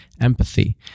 empathy